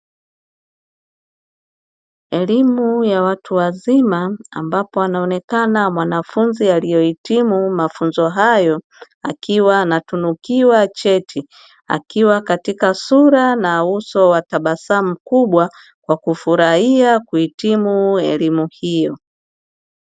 Elimu ya watu wazima ampabo anaonekana mwanafunzi aliyehitimu mafunzo hayo akiwa anatunukiwa cheti akiwa katika sura na uso wa tabasamu kubwa kwa kufurahia kuhutimu elimu hiyo.